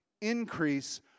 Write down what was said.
increase